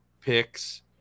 picks